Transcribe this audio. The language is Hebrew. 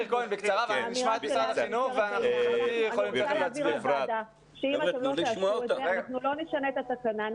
אני רוצה להבהיר לוועדה שאם אתם לא תאשרו את זה אנחנו לא נשנה את התקנה,